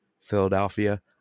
Philadelphia